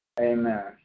Amen